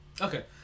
okay